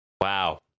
Wow